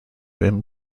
him